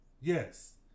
Yes